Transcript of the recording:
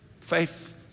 faith